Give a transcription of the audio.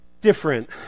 different